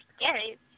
scary